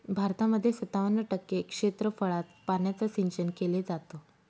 भारतामध्ये सत्तावन्न टक्के क्षेत्रफळात पाण्याचं सिंचन केले जात